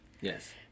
Yes